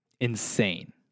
Insane